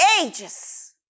ages